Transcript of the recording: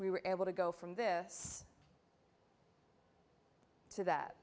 we were able to go from this to that